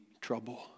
trouble